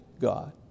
God